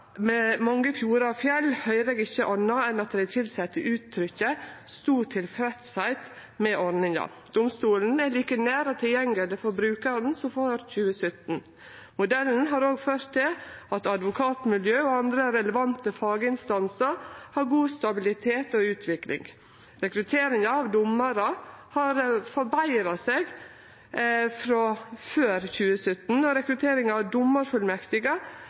med mange fjordar og fjell, høyrer vi ikkje anna enn at dei tilsette gjev uttrykk for stor tilfredsheit med ordninga. Domstolen er like nær og tilgjengeleg for brukarane som før 2017. Modellen har òg ført til at advokatmiljø og andre relevante faginstansar har god stabilitet og utvikling. Rekruttering av dommarar har forbetra seg frå før 2017, og rekrutteringa av